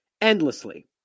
Endlessly